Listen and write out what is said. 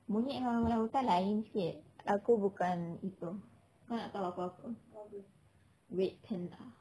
monyet dengan orangutan lain sikit aku bukan itu kau nak tahu aku apa red panda